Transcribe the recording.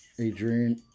Adrian